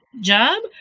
job